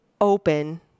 open